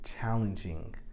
challenging